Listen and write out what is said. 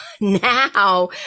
now